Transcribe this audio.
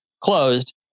closed